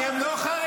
כי הם לא חרדים.